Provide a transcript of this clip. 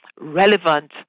relevant